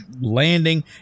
landing